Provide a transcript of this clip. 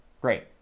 Great